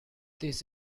this